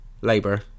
Labour